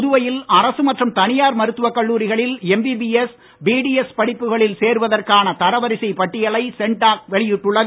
புதுவையில் அரசு மற்றும் தனியார் மருத்துவக் கல்லூரிகளில் எம்பிபிஎஸ் பிடிஎஸ் படிப்புகளில் சேருவதற்கான தரவரிசை பட்டியலை சென்டாக் வெளியிட்டுள்ளது